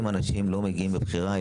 אנשים לא מגיעים לבית החולים מבחירה,